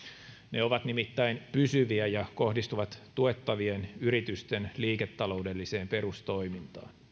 ne ovat nimittäin pysyviä ja kohdistuvat tuettavien yritysten liiketaloudelliseen perustoimintaan